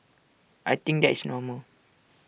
I think that is normal